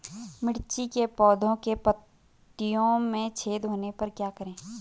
मिर्ची के पौधों के पत्तियों में छेद होने पर क्या करें?